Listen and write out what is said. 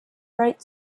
bright